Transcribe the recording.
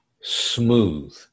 smooth